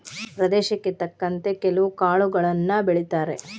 ಪ್ರದೇಶಕ್ಕೆ ತಕ್ಕಂತೆ ಕೆಲ್ವು ಕಾಳುಗಳನ್ನಾ ಬೆಳಿತಾರ